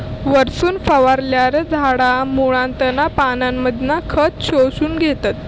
वरसून फवारल्यार झाडा मुळांतना पानांमधना खत शोषून घेतत